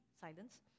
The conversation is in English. Silence